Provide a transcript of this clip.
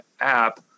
app